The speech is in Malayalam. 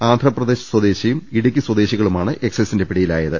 ആന്ധ്രപ്രദേശ് സ്വദേശിയും ഇടുക്കി സ്വദേശികളുമാണ് എക്സൈസിന്റെ പിടിയിലായത്